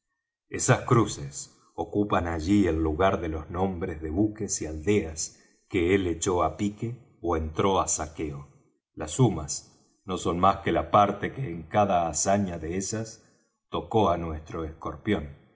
esas cruces ocupan allí el lugar de los nombres de buques y aldeas que él echó á pique ó entró á saqueo las sumas no son más que la parte que en cada hazaña de esas tocó á nuestro escorpión